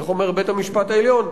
איך אומר בית-המשפט העליון?